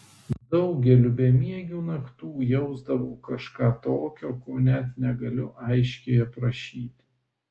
daugeliu bemiegių naktų jausdavau kažką tokio ko net negaliu aiškiai aprašyti